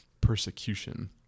persecution